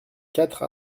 quatre